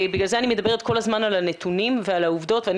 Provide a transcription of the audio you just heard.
בגלל זה אני מדברת כל הזמן על הנתונים ועל העובדות ואני